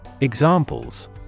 Examples